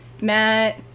matt